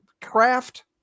Craft